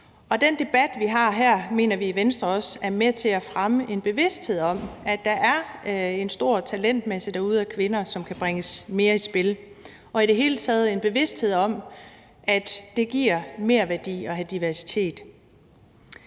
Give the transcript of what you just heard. den debat, vi har her, mener vi i Venstre også er med til at fremme en bevidsthed om, at der er en stor talentmasse derude af kvinder, som kan bringes mere i spil, og i det hele taget en bevidsthed om, at det giver merværdi at have diversitet.